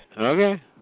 Okay